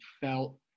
felt